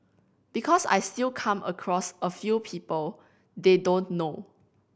because I still come across a few people they don't know